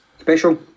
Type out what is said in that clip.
special